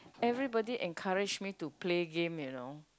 everybody encourage me to play game you know